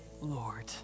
Lord